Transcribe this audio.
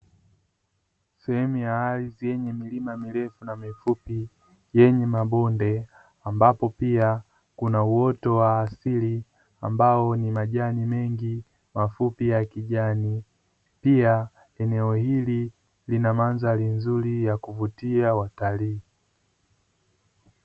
Sehemu ya ardhi yenye milima mirefu na mifupi, yenye mabonde, ambapo pia kuna uoto wa asili ambao ni majani mengi mafupi ya kijani, pia eneo hili lina mandhari nzuri ya kuvutia watalii.